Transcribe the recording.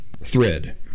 thread